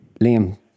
Liam